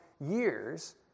years